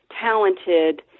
talented